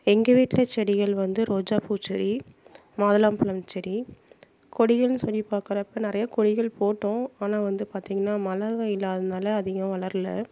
எங்கள் வீட்டில் செடிகள் வந்து ரோஜா பூ செடி மாதுளைம் பழம் செடி கொடிகள்னு சொல்லி பார்க்கறப்ப நிறையா கொடிகள் போட்டோம் ஆனால் வந்து பார்த்திங்கனா மழை வெயில் இல்லாததுனால அதிகம் வளரல